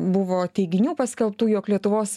buvo teiginių paskelbtų jog lietuvos